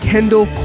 Kendall